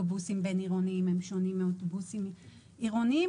שאוטובוסים בין-עירוניים שונים מאוטובוסים עירוניים,